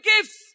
gifts